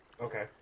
Okay